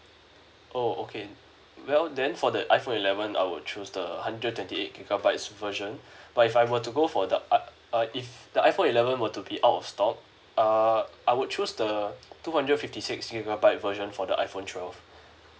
oh okay well then for the iphone eleven I would choose the hundred twenty eight gigabytes version but if I were to go for the i~ uh if the iphone eleven were to be out of stock err I would choose the two hundred fifty six gigabyte version for the iphone twelve